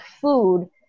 food